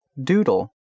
Doodle